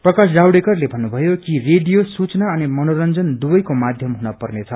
प्रकाश जावड़ेकरले भन्नुभयो कि रेडियो सूचना अनि मनोरंजन दुवैको माध्यम हुन पर्नेछ